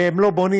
והם לא בונים,